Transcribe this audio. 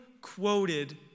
quoted